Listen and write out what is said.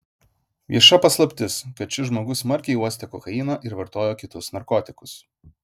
vieša paslaptis kad šis žmogus smarkiai uostė kokainą ir vartojo kitus narkotikus